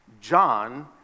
John